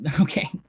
okay